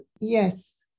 yes